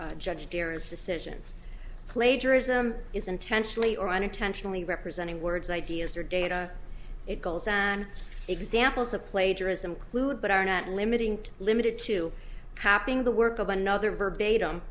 judge perry's decision plagiarism is intentionally or unintentionally representing words ideas or data it goals than examples of plagiarism clue but are not limiting to limited to capping the work of another verbatim